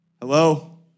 Hello